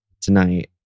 tonight